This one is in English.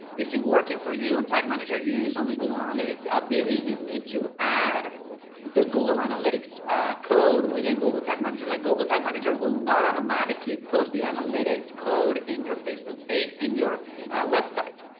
isn't working for you on tag manager, you use only google analytics a bb, you need to add the google analytics code within google tag manager, like google tag manager will not automatically put the analytics code in your facebook page in your website.